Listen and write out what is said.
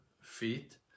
feet